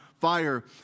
fire